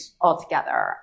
altogether